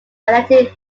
elected